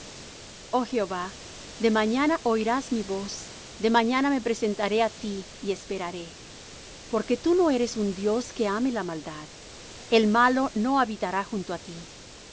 oh jehová de mañana oirás mi voz de mañana me presentaré á ti y esperaré porque tú no eres un dios que ame la maldad el malo no habitará junto á ti